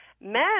Men